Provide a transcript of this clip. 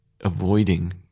avoiding